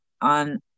on